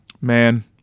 Man